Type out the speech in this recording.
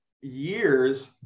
years